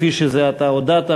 כפי שזה עתה הודעת.